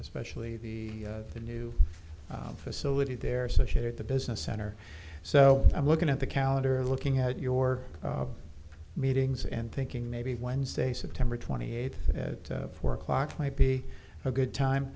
especially the the new facility there so shit the business center so i'm looking at the calendar looking at your meetings and thinking maybe wednesday september twenty eighth four o'clock might be a good time